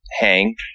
hang